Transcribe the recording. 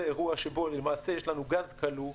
זה אירוע שבו למעשה יש לנו גז כלוא,